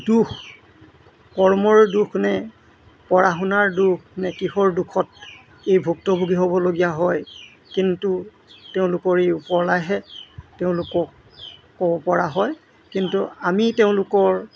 দুখ কৰ্মৰ দুখনে পঢ়া শুনাৰ দুখ নে কিহৰ দুখত এই ভুক্তভোগী হ'বলগীয়া হয় কিন্তু তেওঁলোকৰ এই ওপৰৱালাইহে তেওঁলোকক ক'ব পৰা হয় কিন্তু আমি তেওঁলোকৰ